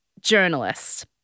journalists